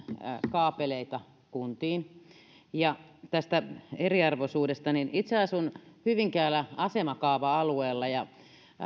kaapeleita kuntiin tästä eriarvoisuudesta itse asun hyvinkäällä asemakaava alueella ja